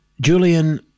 Julian